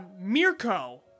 Mirko